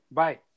bye